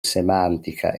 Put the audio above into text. semantica